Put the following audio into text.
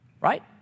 right